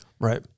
Right